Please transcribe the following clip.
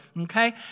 okay